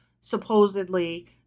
supposedly